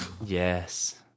yes